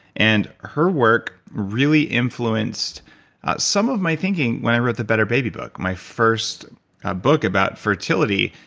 and her work really influenced some of my thinking when i wrote the better baby book, my first book about fertility,